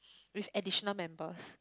with additional members